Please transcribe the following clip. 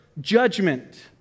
judgment